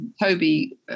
Toby